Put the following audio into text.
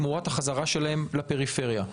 תמורת החזרה שלהם לפריפריה.